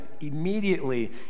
immediately